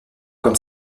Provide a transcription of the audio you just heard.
comme